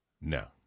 No